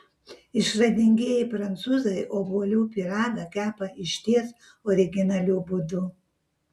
išradingieji prancūzai obuolių pyragą kepa išties originaliu būdu